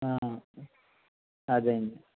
ఆ అదే అండి